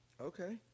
Okay